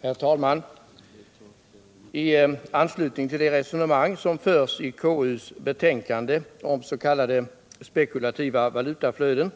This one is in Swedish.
Herr talman! I anslutning till det resonemang som förs i KU:s betänkande om s.k. spekulativa valutaflöden